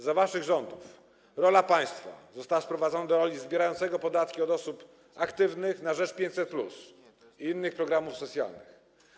Za waszych rządów rola państwa została sprowadzona do roli zbierającego podatki od osób aktywnych na rzecz 500+ i innych programów socjalnych.